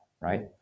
right